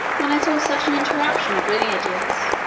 when i saw such an interruption of lineages,